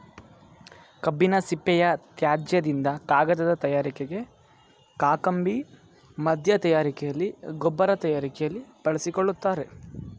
ಕಬ್ಬಿನ ಸಿಪ್ಪೆಯ ತ್ಯಾಜ್ಯದಿಂದ ಕಾಗದ ತಯಾರಿಕೆಗೆ, ಕಾಕಂಬಿ ಮಧ್ಯ ತಯಾರಿಕೆಯಲ್ಲಿ, ಗೊಬ್ಬರ ತಯಾರಿಕೆಯಲ್ಲಿ ಬಳಸಿಕೊಳ್ಳುತ್ತಾರೆ